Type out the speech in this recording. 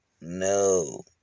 no